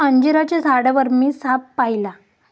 अंजिराच्या झाडावर मी साप पाहिला